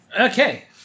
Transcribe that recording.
Okay